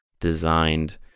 designed